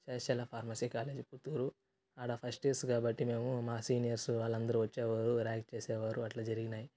సేషల pharmacy college Puttur ఆడ first years కాబట్టి మేము మా సీనియర్స్ వాళ్ళందరు వచ్చేవారు ర్యాగ్ చేసేవారు అట్ల జరిగినాయి